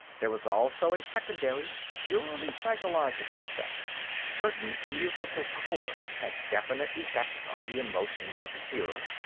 there was also a secondary, purely psychological, effect certain musical chords had definite effects on the emotions of the hearer,